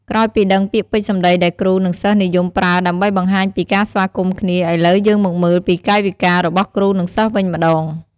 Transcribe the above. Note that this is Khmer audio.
ក្រោយពីដឹងពីពាក្យសម្ដីដែលគ្រូ និងសិស្សនិយមប្រើដើម្បីបង្ហាញពីការស្វាគមន៍គ្នា ឥឡូវយើងមកមើលពីកាយវិការរបស់គ្រូ និង សិស្សវិញម្ដង។